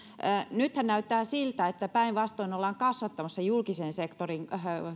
nythän näyttää siltä että päinvastoin ollaan kasvattamassa julkisen sektorin